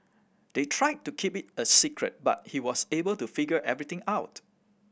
they tried to keep it a secret but he was able to figure everything out